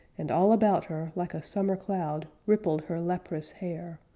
and all about her, like a summer cloud rippled her leprous hair,